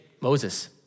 Moses